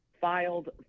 filed